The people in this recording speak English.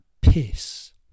piss